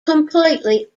completely